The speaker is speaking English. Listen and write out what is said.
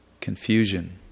Confusion